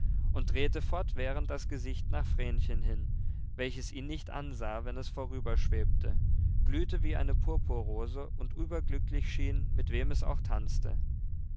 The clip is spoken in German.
und drehte fortwährend das gesicht nach vrenchen hin welches ihn nicht ansah wenn es vorüberschwebte glühte wie eine purpurrose und überglücklich schien mit wem es auch tanzte